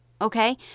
Okay